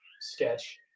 sketch